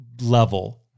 level